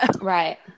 Right